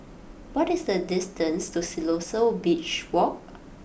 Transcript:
what is the distance to Siloso Beach Walk